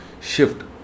shift